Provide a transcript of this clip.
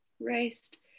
rest